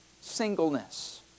singleness